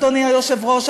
אדוני היושב-ראש,